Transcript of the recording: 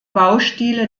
baustile